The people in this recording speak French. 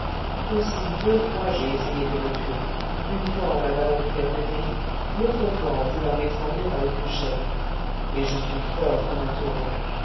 aussi deux fois j'ai essayé de me tuer une fois en avalant du vert-de-gris l'autre fois en voulant m'étrangler avec une chaîne mais je suis fort comme un taureau